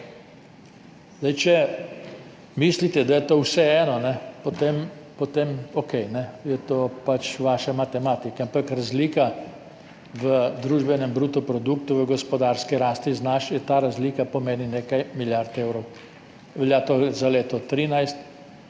rasti. Če mislite, da je to vseeno, potem okej, je to vaša matematika, ampak razlika v družbenem bruto produktu, v gospodarski rasti znaša ta razlika nekaj milijard evrov, to velja za leto 2013,